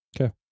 Okay